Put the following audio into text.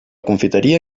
confiteria